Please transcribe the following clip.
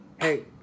Hey